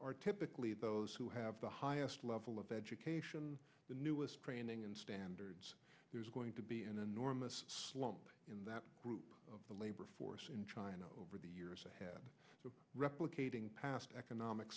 are typically those who have the highest level of education the newest training and standards there's going to be an enormous slump in that group the labor force in china over the years ahead of replicating past economic